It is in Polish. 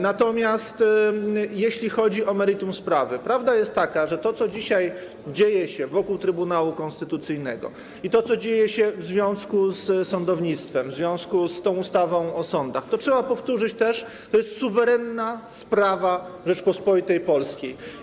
Natomiast jeśli chodzi o meritum sprawy, prawda jest taka, że to, co dzisiaj dzieje się wokół Trybunału Konstytucyjnego i to, co dzieje się w związku z sądownictwem, w związku z ustawą o sądach, trzeba powtórzyć, jest to suwerenna sprawa Rzeczypospolitej Polskiej.